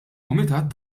kumitat